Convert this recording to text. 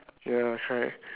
ya that's right